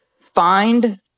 find